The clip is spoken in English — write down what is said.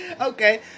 Okay